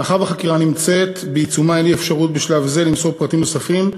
מאחר שהחקירה נמצאת בעיצומה אין לי אפשרות בשלב זה למסור פרטים נוספים,